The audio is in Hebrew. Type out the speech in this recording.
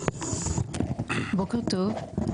בוקר טוב.